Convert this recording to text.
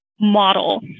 model